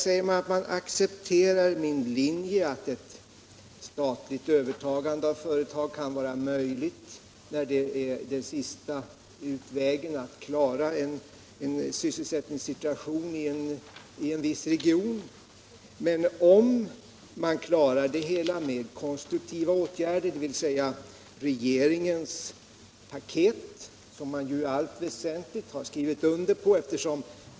Här säger man nu att man accepterar min linje, att ett statligt övertagande av företag kan vara möjligt när det är den sista utvägen för att klara en sysselsättningssituation i en viss region. Men om situationen kan klaras med konstruktiva åtgärder, dvs. med regeringens paket — är man beredd att acceptera dessa åtgärder.